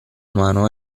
mano